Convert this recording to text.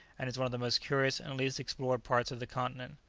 and is one of the most curious and least explored parts of the continent.